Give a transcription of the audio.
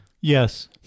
yes